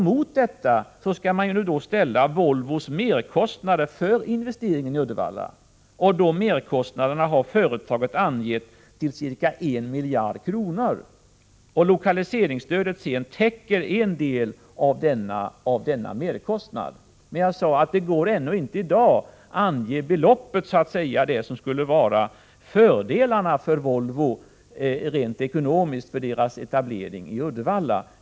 Mot detta skall man ställa Volvos merkostnad för investeringen i Uddevalla. Merkostnaden har företaget angett till ca 1 miljard kronor. Lokaliseringsstödet täcker en del av denna merkostnad. Det går ändå inte i dag att ange fördelarna för Volvo rent ekonomiskt av Volvos etablering i Uddevalla.